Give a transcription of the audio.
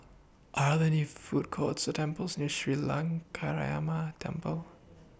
Are There any Food Courts Or temples near Sri Lankaramaya Temple